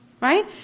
Right